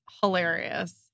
hilarious